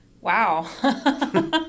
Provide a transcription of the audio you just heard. Wow